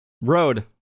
Road